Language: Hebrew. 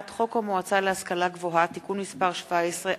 ובעומד בראשה,